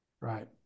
Right